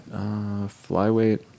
flyweight